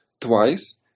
twice